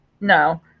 No